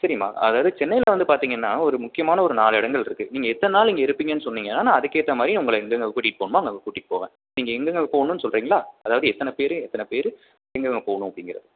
சரிம்மா அதாவது சென்னையில் வந்து பார்த்தீங்கன்னா ஒரு முக்கியமான ஒரு நாலு இடங்கள் இருக்குது நீங்கள் எத்தனை நாள் இங்கே இருப்பீங்கன்னு சொன்னிங்கன்னால் நான் அதுக்கு ஏற்ற மாதிரி உங்களை எங்கெங்கே கூட்டிகிட்டு போகணுமோ அங்கங்கே கூட்டிகிட்டு போவேன் நீங்கள் எங்கெங்கே போகணுன்னு சொல்கிறீங்களா அதாவது எத்தனை பேர் எத்தனை பேர் எங்கெங்கே போகணும் அப்படிங்கிறது